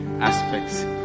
aspects